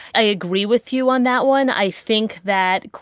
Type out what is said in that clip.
i agree with you on that one. i think that,